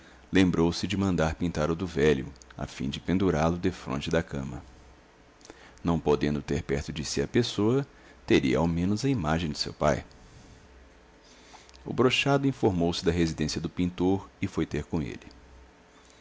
lembrou-se de mandar pintar o do velho a fim de pendurá lo defronte da cama não podendo ter perto de si a pessoa teria ao menos a imagem de seu pai o brochado informou-se da residência do pintor e foi ter com ele